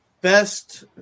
best